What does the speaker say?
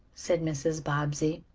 said mrs. bobbsey.